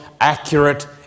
accurate